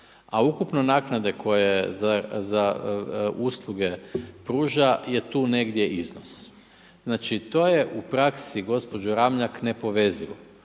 a ukupno naknade koje usluge pruža je tu negdje iznos. Znači to je u praksi, gospođo Ramljak, nepovezivo.